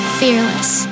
fearless